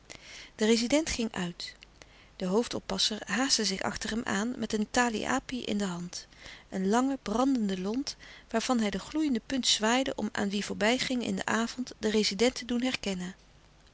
de rezident ging uit de hoofdoppasser haastte zich achter hem aan met een tali api in de hand een lange brandende lont waarvan hij de gloeiende punt zwaaide om aan wie voorbijging in den avond den rezident te doen herkennen